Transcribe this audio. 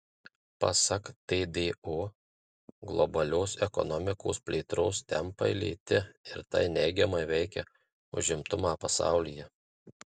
pasak tdo globalios ekonomikos plėtros tempai lėti ir tai neigiamai veikia užimtumą pasaulyje